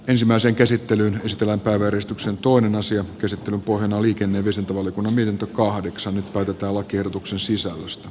ensimmäisen käsittelyn ystävänpäiväristuksen tuon asian käsittelyn pohjana liikenne kyse nyt päätetään lakiehdotuksen sisällöstä